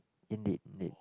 indeed indeed